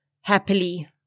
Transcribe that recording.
happily